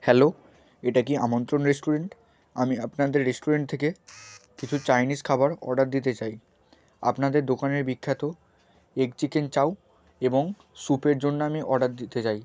hello এটা কী Amantran restaurant আমি আপনাদের রেস্টুরেন্ট থেকে কিছু চাইনিস খাবার অর্ডার দিতে চাই আপনাদের দোকানের বিখ্যাত এগ চিকেন চাউ এবং স্যুপের জন্য আমি অর্ডার দিতে চাই